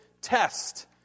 test